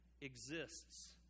exists